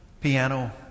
piano